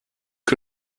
que